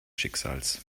schicksals